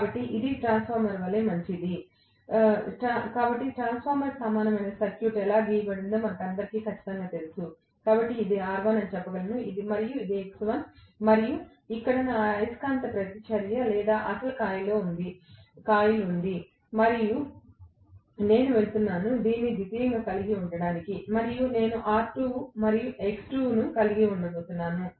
కాబట్టి ఇది ట్రాన్స్ఫార్మర్ వలె మంచిది కాబట్టి ట్రాన్స్ఫార్మర్ సమానమైన సర్క్యూట్ ఎలా గీయబడిందో మనందరికీ ఖచ్చితంగా తెలుసు కాబట్టి ఇది R1 అని చెప్పగలను ఇది X1 మరియు ఇక్కడ నా అయస్కాంత ప్రతిచర్య లేదా అసలు కాయిల్ ఉంది మరియు నేను వెళ్తున్నాను దీన్ని ద్వితీయంగా కలిగి ఉండటానికి మరియు నేను R2 మరియు X2 లను కలిగి ఉండబోతున్నాను